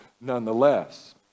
nonetheless